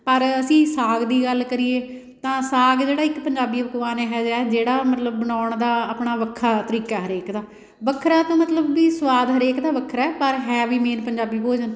ਪਰ ਅਸੀਂ ਸਾਗ ਦੀ ਗੱਲ ਕਰੀਏ ਤਾਂ ਸਾਗ ਜਿਹੜਾ ਇੱਕ ਪੰਜਾਬੀ ਪਕਵਾਨ ਹੈਗਾ ਜਿਹੜਾ ਮਤਲਬ ਬਣਾਉਣ ਦਾ ਆਪਣਾ ਵੱਖਰਾ ਤਰੀਕਾ ਹਰੇਕ ਦਾ ਵੱਖਰਾ ਤਾਂ ਮਤਲਬ ਵੀ ਸਵਾਦ ਹਰੇਕ ਦਾ ਵੱਖਰਾ ਪਰ ਹੈ ਵੀ ਮੇਨ ਪੰਜਾਬੀ ਭੋਜਨ